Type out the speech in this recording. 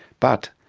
but,